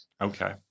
Okay